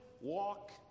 walk